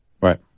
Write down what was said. Right